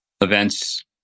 events